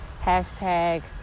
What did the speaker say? hashtag